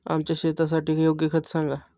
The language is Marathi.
आमच्या शेतासाठी योग्य खते सांगा